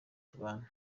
tubana